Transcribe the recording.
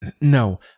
no